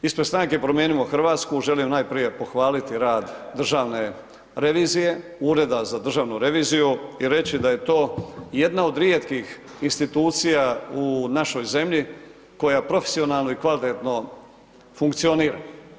Ispred Stranke promijenimo Hrvatsku želim najprije pohvaliti rad Državne revizije, Ureda za državnu reviziju i reći da je to jedna od rijetkih institucija u našoj zemlji koja profesionalno i kvalitetno funkcionira.